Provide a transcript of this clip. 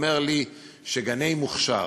אומר לי שגני מוכש"ר,